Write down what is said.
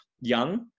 young